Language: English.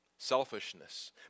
Selfishness